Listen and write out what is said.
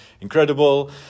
incredible